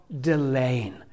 delaying